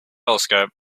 telescope